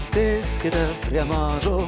sėskite prie mažo